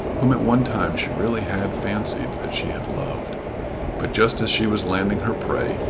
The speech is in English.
whom at one time she really had fancied that she had loved but just as she was landing her prey,